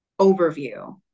overview